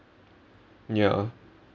ya